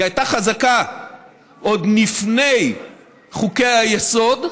היא הייתה חזקה עוד לפני חוקי-היסוד,